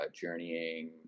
journeying